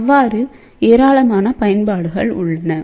இவ்வாறு ஏராளமான பயன்பாடுகள் உள்ளன